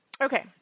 okay